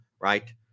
right